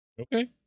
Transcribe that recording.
Okay